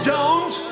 Jones